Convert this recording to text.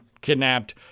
kidnapped